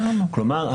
כלומר,